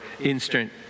instant